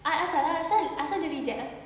ah asal asal asal dia reject ah